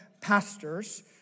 pastors